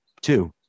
two